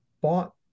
bought